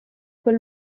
quel